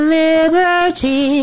liberty